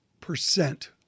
percent